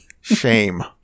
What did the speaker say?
Shame